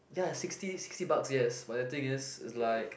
ya sixty sixty bucks yes but the thing is it's like